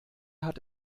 hat